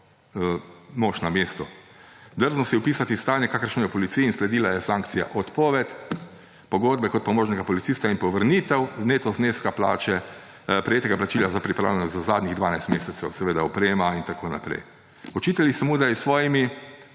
mož na mestu. Drznil si je opisati stanje, kakršno je v policiji, in sledila je sankcija – odpoved pogodbe kot pomožnega policista in povrnitev neto zneska prejetega plačila za pripravljenost za zadnjih dvanajst mesecev, seveda oprema in tako naprej. Očitali so mu, da je s svojimi